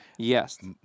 Yes